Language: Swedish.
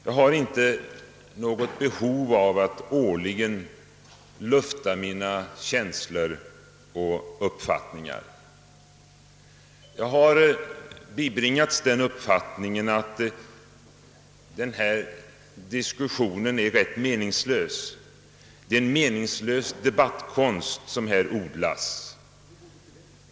Jag har inte något behov av att årligen lufta mina känslor och uppfattningar, och jag har bibringats uppfattningen att det är ganska meningslös debattkonst som här odlas.